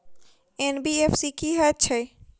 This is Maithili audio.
एन.बी.एफ.सी की हएत छै?